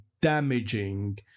damaging